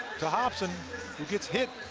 to hobson, who gets hit.